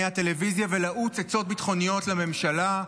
הטלוויזיה ולעוץ עצות ביטחוניות לממשלה,